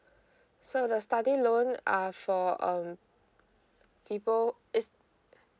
so the study loan uh for um people it's